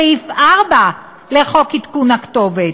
סעיף 4 לחוק עדכון הכתובת,